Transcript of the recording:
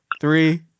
three